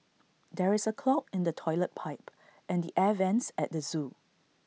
there is A clog in the Toilet Pipe and the air Vents at the Zoo